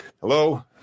hello